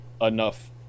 enough